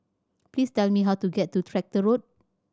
please tell me how to get to Tractor Road